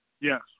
Yes